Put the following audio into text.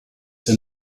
der